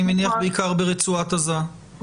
אני מניח בעיקר ברצועת עזה.